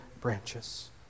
branches